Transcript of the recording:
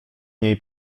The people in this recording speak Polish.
niej